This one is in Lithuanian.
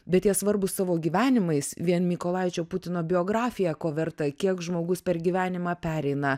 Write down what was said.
bet jie svarbūs savo gyvenimais vien mykolaičio putino biografija ko verta kiek žmogus per gyvenimą pereina